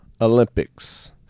Olympics